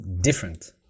different